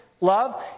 love